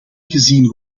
gezien